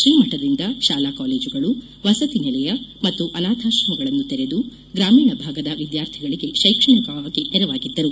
ಶ್ರೀ ಮಠದಿಂದ ಶಾಲಾ ಕಾಲೇಜುಗಳು ವಸತಿ ನಿಲಯ ಹಾಗೂ ಅನಾಥಾಶ್ರಮಗಳನ್ನು ತೆರೆದು ಗ್ರಾಮೀಣ ಭಾಗದ ವಿದ್ಯಾರ್ಥಿಗಳಿಗೆ ಶೈಕ್ಷಣಿಕವಾಗಿ ನೆರವಾಗಿದ್ದರು